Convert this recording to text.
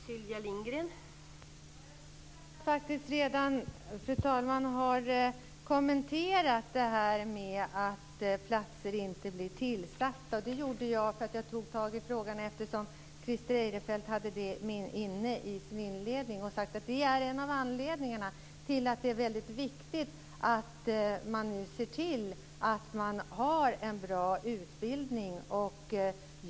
Fru talman! Jag tror att jag redan har kommenterat frågan om att platser inte blir tillsatta. Jag tog tag i frågan eftersom Christer Eirefelt hade den med i sin inledning. Jag sade att det är en av anledningarna till att det är viktigt att man ser till att man har en bra utbildning.